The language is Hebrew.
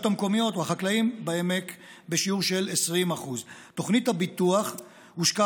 המקומיות או החקלאים בעמק בשיעור של 20%. תוכנית הביטוח הושקה